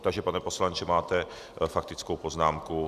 Takže pane poslanče, máte faktickou poznámku.